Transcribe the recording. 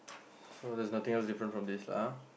so there's nothing else different from this lah ah